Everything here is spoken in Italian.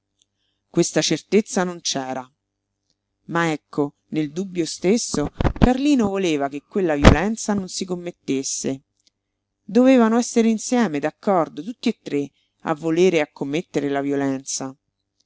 questa certezza non c'era ma ecco nel dubbio stesso carlino voleva che quella violenza non si commettesse dovevano essere insieme d'accordo tutti e tre a volere e a commettere la violenza